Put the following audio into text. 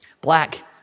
Black